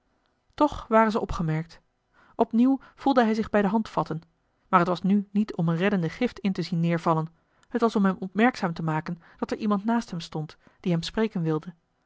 toch waren ze opgemerkt opnieuw voelde hij zich bij de hand vatten maar het was nu niet om er eene reddende gift in te zien neêrvallen het was om hem opmerkzaam te maken dat er iemand naast hem stond die hem spreken wilde